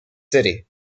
city